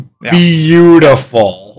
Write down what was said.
beautiful